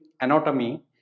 anatomy